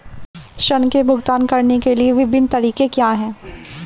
ऋृण के भुगतान करने के विभिन्न तरीके क्या हैं?